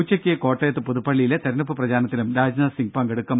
ഉച്ചയ്ക്ക് കോട്ടയത്ത് പതുപ്പള്ളിയിലെ തെരഞ്ഞെടുപ്പ് പ്രചാരണത്തിലും രാജ്നാഥ് സിങ് പങ്കെടുക്കും